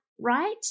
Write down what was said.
right